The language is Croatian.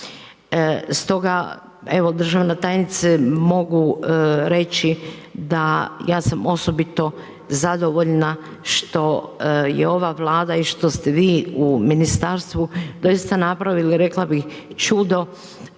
Stoga evo državna tajnice mogu reći da ja sam osobito zadovoljna što je ova Vlada i što ste vi u ministarstvu doista napravili, rekla bih čudo,